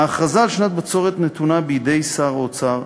ההכרזה על שנת בצורת נתונה בידי שר האוצר,